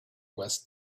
was